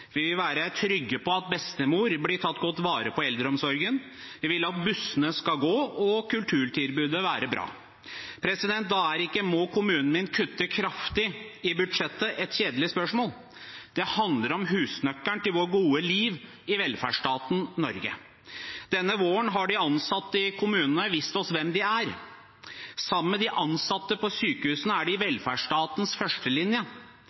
Vi vil være trygge på at bestemor blir tatt godt vare på i eldreomsorgen. Vi vil at bussene skal gå, og at kulturtilbudet skal være bra. Da er ikke «Må kommunen min må kutte kraftig i budsjettet?» et kjedelig spørsmål. Det handler om husnøkkelen til gode liv i velferdsstaten Norge. Denne våren har de ansatte i kommunene vist oss hvem de er. Sammen med de ansatte på sykehusene er de velferdsstatens førstelinje.